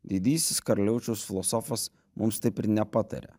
didysis karaliaučiaus filosofas mums taip ir nepataria